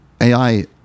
AI